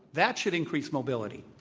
that should increase mobility.